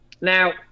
Now